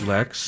Lex